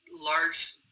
Large